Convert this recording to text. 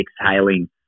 exhaling